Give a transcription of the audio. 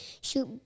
shoot